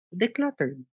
decluttered